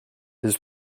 his